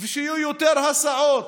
ושיהיו יותר הסעות,